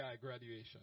graduation